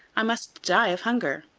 i must die of hunger.